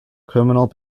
criminal